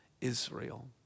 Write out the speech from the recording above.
Israel